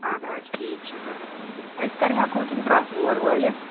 اَدٕ حظ ٹھیٖک چھُ تہٕ أسۍ کَر ہٮ۪کو تِم ڈرٛس اور وٲلِتھ